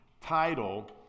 title